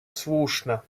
слушна